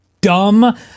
dumb